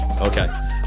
Okay